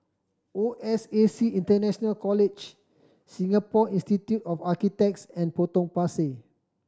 O S A C International College Singapore Institute of Architects and Potong Pasir